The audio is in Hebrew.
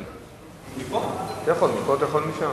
אתה יכול לשבת